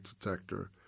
detector